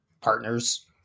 partners